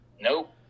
Nope